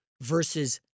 versus